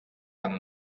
amb